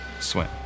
Swim